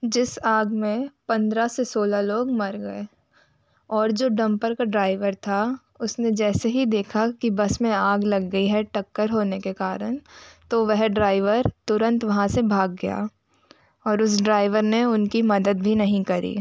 जिस आग में पन्द्रह से सोलह लाेग मर गए और जो डंपर का ड्राइवर था उसने जैसे ही देखा कि बस में आग लग गई है टक्कर होने के कारण तो वह ड्राइवर तुरंत वहाँ से भाग गया और उस ड्राइवर ने उनकी मदद भी नहीं करी